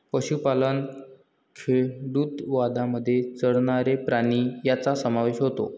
पशुपालन खेडूतवादामध्ये चरणारे प्राणी यांचा समावेश होतो